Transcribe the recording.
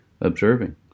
observing